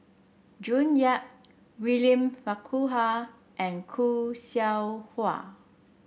June Yap William Farquhar and Khoo Seow Hwa